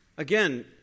Again